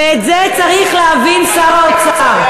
את זה צריך להבין שר האוצר.